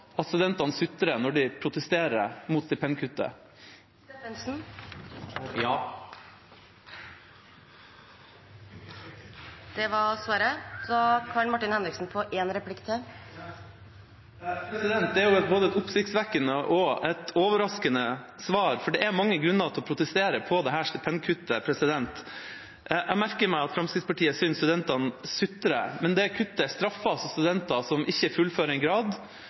studentene sutrer når de protesterer mot stipendkuttet? Ja. Det er både et oppsiktsvekkende og et overraskende svar, for det er mange grunner til å protestere på dette stipendkuttet. Jeg merker meg at Fremskrittspartiet synes at studentene sutrer, men det kuttet straffer altså studenter som ikke fullfører en grad,